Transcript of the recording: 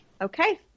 okay